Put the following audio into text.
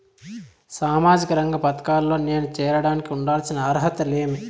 సామాజిక రంగ పథకాల్లో నేను చేరడానికి ఉండాల్సిన అర్హతలు ఏమి?